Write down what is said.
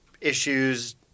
issues